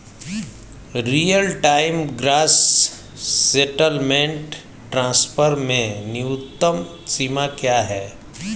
Real time gross settlement transfer में न्यूनतम सीमा क्या है?